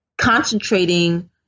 concentrating